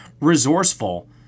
resourceful